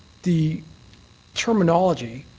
the terminology